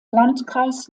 landkreis